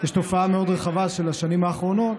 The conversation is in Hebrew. יש תופעה מאוד רחבה בשנים האחרונות